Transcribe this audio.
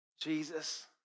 Jesus